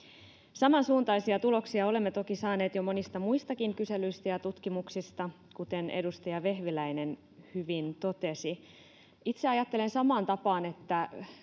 samansuuntaisia tuloksia olemme toki saaneet jo monista muistakin kyselyistä ja ja tutkimuksista kuten edustaja vehviläinen hyvin totesi itse ajattelen samaan tapaan että